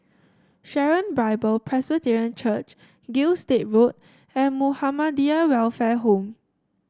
Sharon Bible Presbyterian Church Gilstead Road and Muhammadiyah Welfare Home